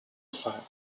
affair